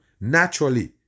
naturally